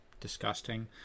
disgusting